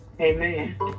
Amen